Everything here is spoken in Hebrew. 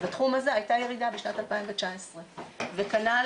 כנ"ל